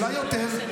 אולי יותר,